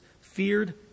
feared